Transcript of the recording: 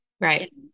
Right